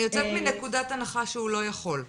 אני יוצאת מנקודת הנחה שהוא לא יכול,